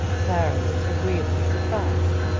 clara was agreeably surprised,